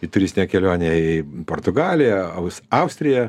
į turistinę kelionę į portugaliją austriją